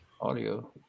audio